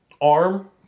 arm